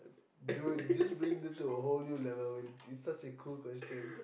dude just bring that to a whole new level man it's such a cool question